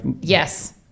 Yes